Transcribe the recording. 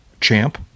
champ